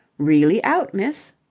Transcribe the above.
really out, miss,